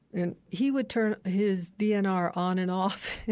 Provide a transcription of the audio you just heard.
and he would turn his dnr on and off